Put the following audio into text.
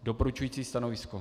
Doporučující stanovisko.